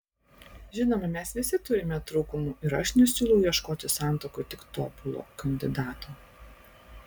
žinoma mes visi turime trūkumų ir aš nesiūlau ieškoti santuokai tik tobulo kandidato